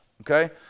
okay